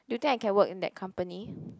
do you think I can work in that company